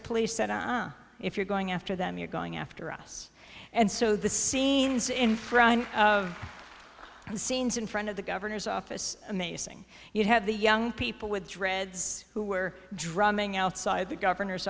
the police said if you're going after them you're going after us and so the scenes in front of the scenes in front of the governor's office amazing you have the young people with dreads who were drumming outside the governor's